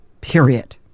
Period